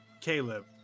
Caleb